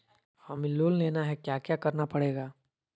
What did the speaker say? हमें लोन लेना है क्या क्या करना पड़ेगा?